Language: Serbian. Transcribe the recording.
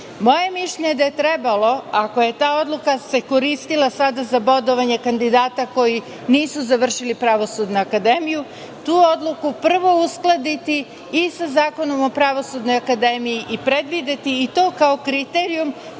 je mišljenje da je trebalo, ako se ta odluka koristila sada za bodovanje kandidata koji nisu završili Pravosudnu akademiju, tu odluku prvo uskladiti i sa Zakonom o Pravosudnoj akademiji i predvideti i to kao kriterijum